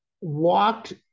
walked